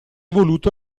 voluto